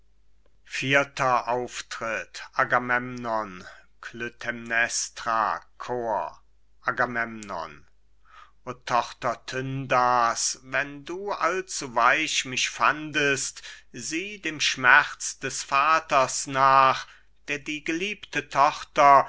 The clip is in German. sich agamemnon klytämnestra chor agamemnon o tochter tyndars wenn du allzu weich mich fandest sieh dem schmerz des vaters nach der die geliebte tochter